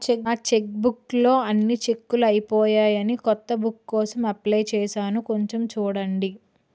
నా చెక్బుక్ లో అన్ని చెక్కులూ అయిపోయాయని కొత్త బుక్ కోసం అప్లై చేసాను కొంచెం చూడండి